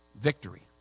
Victory